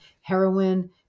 heroin